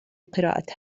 قراءة